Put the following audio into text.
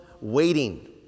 waiting